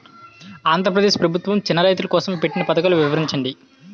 ఆంధ్రప్రదేశ్ ప్రభుత్వ చిన్నా రైతుల కోసం పెట్టిన పథకాలు వివరించండి?